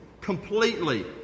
Completely